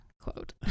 quote